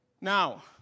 Now